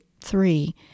three